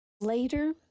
Later